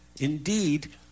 Indeed